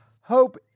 hope